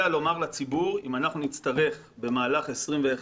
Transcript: לומר לציבור אם אנחנו נצטרך במהלך 2021